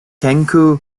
tengku